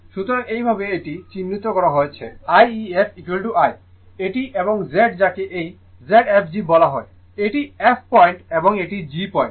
সুতরাং এইভাবে এটি চিহ্নিত করা হয়েছে I I efI এটি এবং Z যাকে এই Zfg বলা হয় এটি f পয়েন্ট এবং এটি g পয়েন্ট